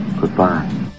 Goodbye